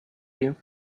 you